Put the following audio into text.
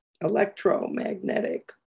electromagnetic